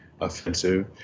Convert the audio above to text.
offensive